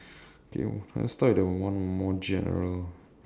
okay let's start with the one more general